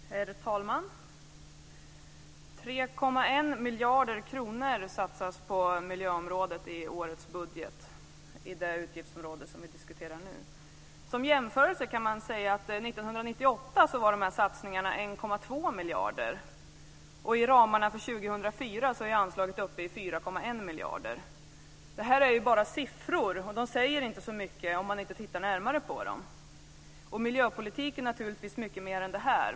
Herr talman! Det satsas 3,1 miljarder kronor på miljöområdet i årets budget i det utgiftsområde som vi nu diskuterar. Som jämförelse var satsningarna 1,2 miljarder år 1998, och i ramarna för år 2004 är anslaget uppe i 4,1 miljarder. Det är bara siffror, och de säger inte så mycket om man inte tittar närmare på dem. Miljöpolitik är naturligtvis mycket mer än det.